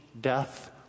death